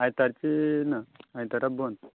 आयतारची ना आयतारा बंद